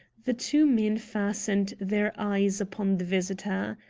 the two men fastened their eyes upon the visitor.